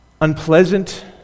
unpleasant